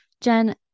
Jen